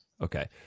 okay